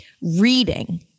reading